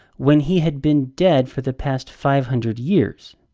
when he had been dead for the past five hundred years?